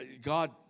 God